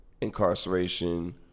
incarceration